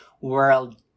world